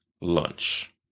lunch